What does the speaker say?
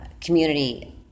community